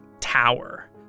tower